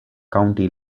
county